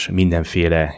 mindenféle